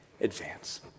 advance